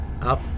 Up